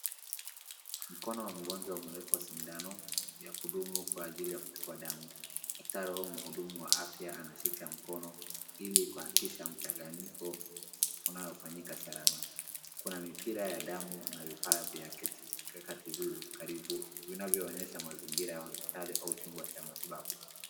Mkono wa mgonjwa umewekwa sindano ya kudungwa kwa ajili ya kuchukua damu. Daktari au mhudumu wa afya anashika mkono ili kuhakikisha mchanyiko unaofanyika salama. Kuna mipira ya damu na vifaa vya kitabibu karibu vinavyoonyesha mazingira ya hospitali au chumba cha matibabu.